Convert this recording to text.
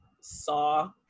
saw